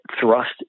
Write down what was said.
thrust